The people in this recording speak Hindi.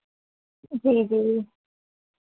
जी जी